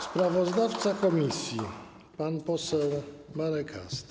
Sprawozdawca komisji pan poseł Marek Ast.